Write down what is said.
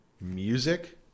music